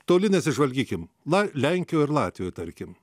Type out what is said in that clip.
toli nesižvalgykim na lenkijoj ir latvijoj tarkim